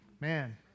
Man